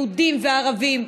יהודים וערבים,